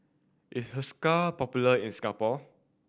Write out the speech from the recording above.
is Hiruscar popular in Singapore